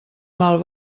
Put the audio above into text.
mal